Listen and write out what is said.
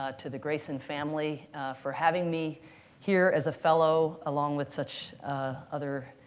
ah to the grayson family for having me here as a fellow along with such other